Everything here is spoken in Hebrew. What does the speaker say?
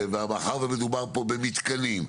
ומאחר שמדובר פה במתקנים,